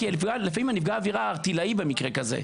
כי לפעמים נפגע העבירה הוא ערטילאי במקרה כזה.